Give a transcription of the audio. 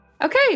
Okay